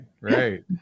right